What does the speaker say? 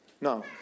No